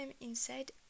inside